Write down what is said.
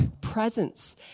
presence